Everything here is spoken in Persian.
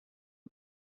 بود